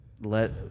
let